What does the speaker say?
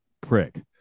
prick